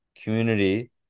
community